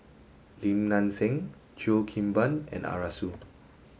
Lim Nang Seng Cheo Kim Ban and Arasu